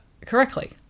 correctly